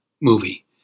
movie